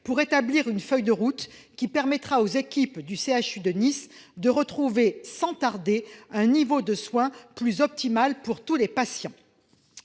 pour établir une feuille de route qui permettra aux équipes du CHU de Nice de retrouver, sans tarder, un niveau de soins plus optimal pour tous les patients